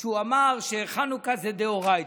שהוא אמר שחנוכה זה דאורייתא.